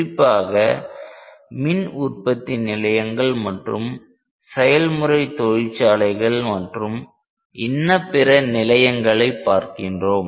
குறிப்பாக மின் உற்பத்தி நிலையங்கள் செயல்முறை தொழிற்சாலைகள் மற்றும் இன்னபிற நிலையங்களை பார்க்கின்றோம்